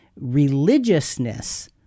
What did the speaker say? religiousness